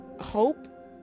hope